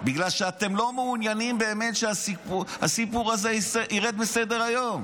בגלל שאתם לא מעוניינים באמת שהסיפור הזה ירד מסדר-היום,